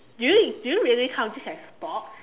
do you do you really count this as sports